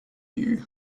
you